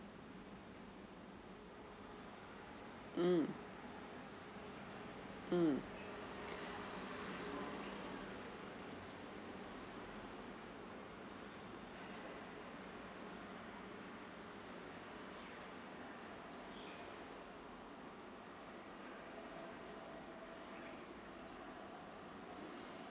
mm mm